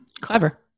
Clever